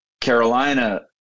Carolina